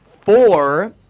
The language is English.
four